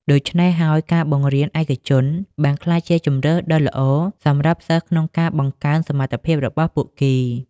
ដូច្នេះហើយ ការបង្រៀនគួរឯកជនបានក្លាយជាជម្រើសដ៏ល្អសម្រាប់សិស្សក្នុងការបង្កើនសមត្ថភាពរបស់ពួកគេ។